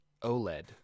OLED